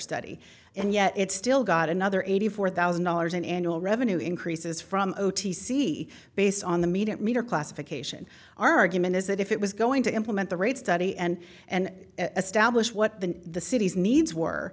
study and yet it's still got another eighty four thousand dollars in annual revenue increases from o t c based on the media meter classification argument is that if it was going to implement the rate study and and stablish what the the city's needs were